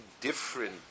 different